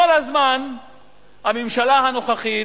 כל הזמן הממשלה הנוכחית,